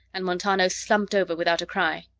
and montano slumped over without a cry.